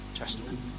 testament